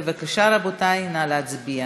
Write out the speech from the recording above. בבקשה, רבותי, נא להצביע.